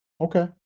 Okay